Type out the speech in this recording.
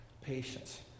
Patience